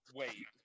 wait